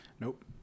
Nope